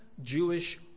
Jewish